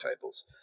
tables